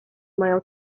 mają